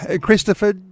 Christopher